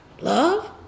love